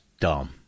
Dumb